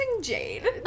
Jade